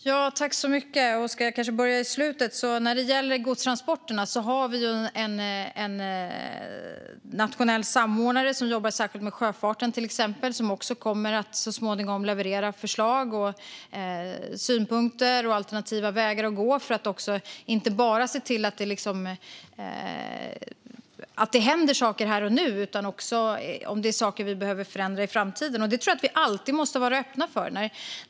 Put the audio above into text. Fru talman! Jag ska kanske börja med slutet. När det gäller godstransporterna har vi till exempel en nationell samordnare som jobbar särskilt med sjöfarten och som så småningom kommer att leverera förslag, synpunkter och alternativa vägar att gå för att vi inte bara ska se till att det händer saker här och nu utan också se om det finns saker vi behöver förändra i framtiden. Det tror jag att vi alltid måste vara öppna för.